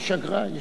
כביש אגרה.